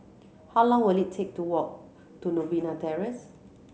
how long will it take to walk to Novena Terrace